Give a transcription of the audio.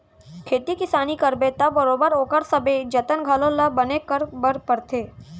खेती किसानी करबे त बरोबर ओकर सबे जतन घलौ ल बने करे बर परथे